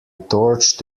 torch